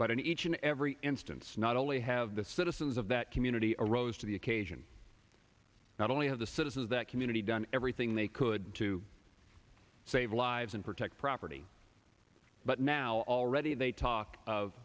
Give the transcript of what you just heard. but in each and every instance not only have the citizens of that community arose to the occasion not only have the citizens of that community done everything they could to save lives and protect property but now already they talk of